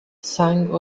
sang